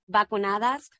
vacunadas